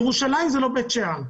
ירושלים היא לא בית שאן.